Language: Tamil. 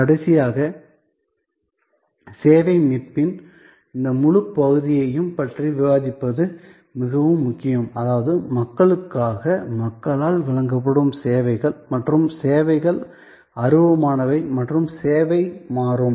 கடைசியாக சேவை மீட்பின் இந்த முழுப் பகுதியையும் பற்றி விவாதிப்பது மிகவும் முக்கியம் அதாவது மக்களுக்காக மக்களால் வழங்கப்படும் சேவைகள் மற்றும் சேவைகள் அருவமானவை மற்றும் சேவை மாறும்